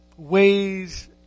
Ways